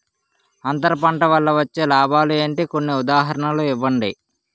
అంతర పంట వల్ల వచ్చే లాభాలు ఏంటి? కొన్ని ఉదాహరణలు ఇవ్వండి?